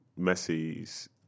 Messi's